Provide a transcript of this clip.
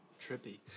Trippy